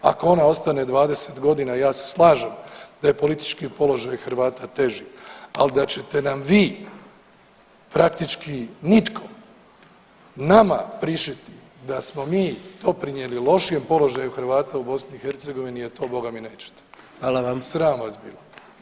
Ako ona ostane 20.g. ja se slažem da je politički položaj Hrvata teži, al da ćete nam vi praktički nitko nama prišiti da smo mi doprinijeli lošijem položaju Hrvata u BiH e to Boga mi nećete, sram vas bilo.